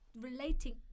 relating